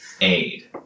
aid